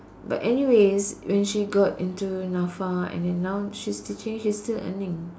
but anyways when she got into Nafa and then now she's teaching she's still earning